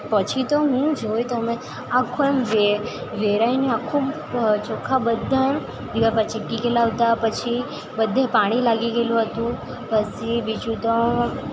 પછી તો હું જોયું તો મેં આખું એમ વેરાઈને આખું ચોખા બધા દીવાલ પર ચીપકી ગયેલાં હતાં પછી બધે પાણી લાગી ગયેલું હતું પછી બીજું તો